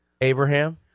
Abraham